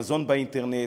מזון באינטרנט,